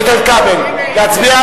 איתן כבל, להצביע?